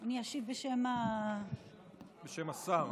בשם, בשם השר.